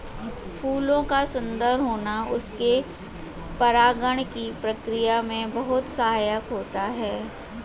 फूलों का सुंदर होना उनके परागण की क्रिया में बहुत सहायक होता है